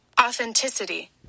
Authenticity